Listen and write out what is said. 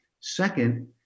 Second